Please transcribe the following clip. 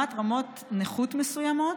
דוגמת רמות נכות מסוימות.